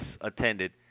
attended